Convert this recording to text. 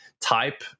type